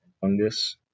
fungus